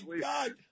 God